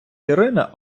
ірина